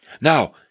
Now